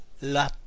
la